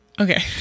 Okay